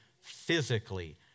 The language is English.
physically